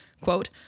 quote